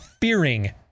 fearing